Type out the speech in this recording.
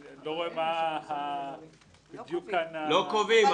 אני לא רואה מה בדיוק כאן ה --- לא קובעים.